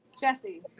Jesse